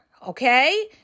okay